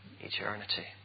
Eternity